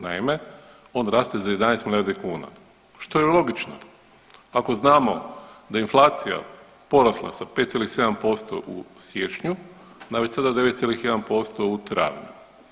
Naime, on raste za 11 milijardi kuna što je i logično ako znamo da je inflacija porasla sa 5,7% u siječnju na već sada 9,1% u travnju.